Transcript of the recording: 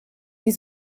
die